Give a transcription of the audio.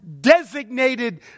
designated